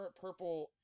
purple